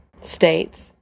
states